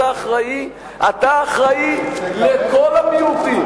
אתה אחראי לכל המיעוטים.